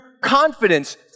confidence